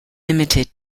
limited